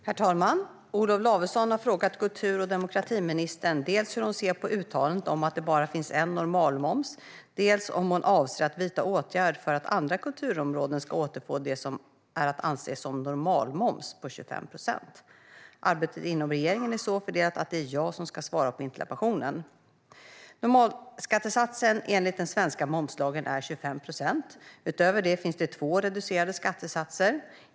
Herr talman! Olof Lavesson har frågat kultur och demokratiministern dels hur hon ser på uttalandet om att det bara finns en normalmoms, dels om hon avser att vidta åtgärder för att andra kulturområden ska återfå det som är att anse som "normalmoms" på 25 procent. Arbetet inom regeringen är så fördelat att det är jag som ska svara på interpellationen. Normalskattesatsen enligt den svenska momslagen är 25 procent. Utöver det finns det två reducerade skattesatser.